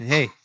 Hey